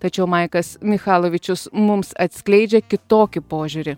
tačiau maikas michalovičius mums atskleidžia kitokį požiūrį